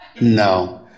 No